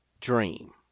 dream